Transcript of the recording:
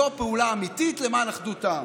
זו פעולה אמיתית למען אחדות העם.